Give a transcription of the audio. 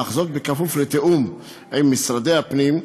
אך כפוף לתיאום עם משרד הפנים,